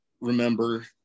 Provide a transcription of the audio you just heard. remember